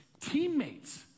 teammates